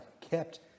kept